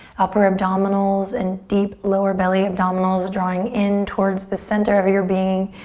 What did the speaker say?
upper abdominals, and deep lower belly abdominals drawing in towards the center of your being.